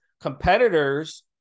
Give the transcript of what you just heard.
Competitors